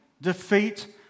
defeat